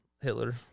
Hitler